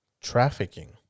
trafficking